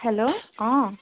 hello অ